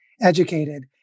educated